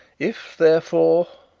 if, therefore?